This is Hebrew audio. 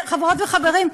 חברות וחברים,